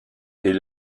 est